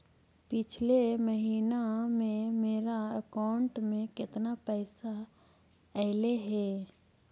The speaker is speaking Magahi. पिछले महिना में मेरा अकाउंट में केतना पैसा अइलेय हे?